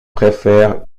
préfèrent